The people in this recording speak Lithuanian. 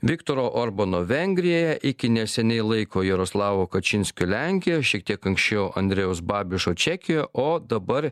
viktoro orbano vengrijoje iki neseniai laiko jaroslavo kačinskio lenkijos šiek tiek anksčiau andrejaus babišo čekijoj o dabar